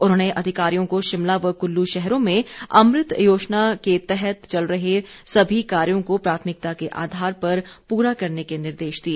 उन्होंने अधिकारियों को शिमला व क्ल्लू शहरों में अमृत योजना के तहत चल रहे सभी कार्यों को प्राथमिकता के आधार पर पूरा करने के निर्देश दिए